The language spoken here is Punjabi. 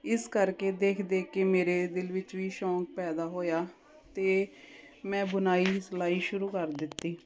ਇਸ ਕਰਕੇ ਦੇਖ ਦੇਖ ਕੇ ਮੇਰੇ ਦਿਲ ਵਿੱਚ ਵੀ ਸ਼ੌਂਕ ਪੈਦਾ ਹੋਇਆ ਅਤੇ ਮੈਂ ਬੁਣਾਈ ਸਿਲਾਈ ਸ਼ੁਰੂ ਕਰ ਦਿੱਤੀ